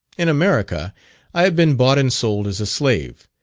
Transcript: in america i had been bought and sold as a slave,